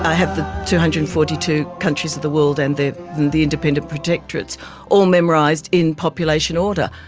have the two hundred and forty two countries of the world and the the independent protectorates all memorised in population order.